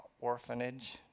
orphanage